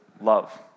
Love